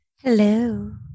Hello